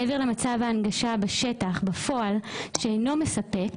מעבר למצב ההנגשה בשטח, בפועל, שאינו מספק